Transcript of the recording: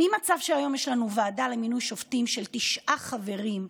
ממצב שהיום יש לנו ועדה לבחירת שופטים של תשעה חברים,